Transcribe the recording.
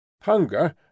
hunger